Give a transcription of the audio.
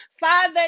Father